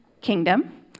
kingdom